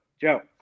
Joe